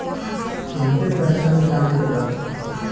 हमके पैसा निकाले के बा